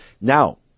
Now